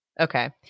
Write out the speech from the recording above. Okay